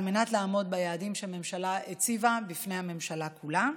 על מנת לעמוד ביעדים שהממשלה הציבה בפני הממשלה כולה.